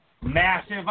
Massive